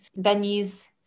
venues